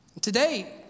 Today